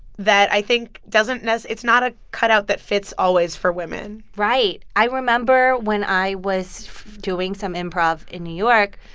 that i think doesn't it's not a cutout that fits, always, for women right. i remember when i was doing some improv in new york,